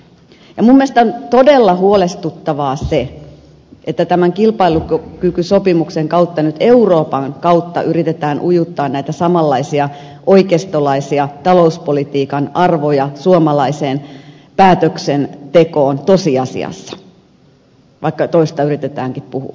minun mielestäni todella huolestuttavaa on se että tämän kilpailukykysopimuksen kautta nyt euroopan kautta yritetään ujuttaa näitä samanlaisia oikeistolaisia talouspolitiikan arvoja suomalaiseen päätöksentekoon tosiasiassa vaikka toista yritetäänkin puhua